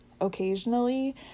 occasionally